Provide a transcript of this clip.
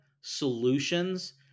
solutions